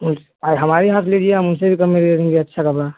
अरे हमारे यहाँ से लीजिए हम उनसे भी कम में दे देंगे अच्छा कपड़ा